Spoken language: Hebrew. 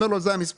אומר לו זה המספר,